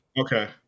Okay